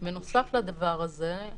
בנוסף לדבר הזה,